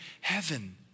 heaven